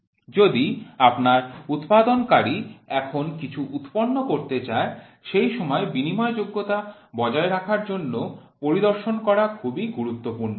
যদি আপনার উৎপাদনকারী এখন কিছু উৎপন্ন করতে চায় সেই সময় বিনিময়যোগ্যতা বজায় রাখার জন্য পরিদর্শন করা খুবই গুরুত্বপূর্ণ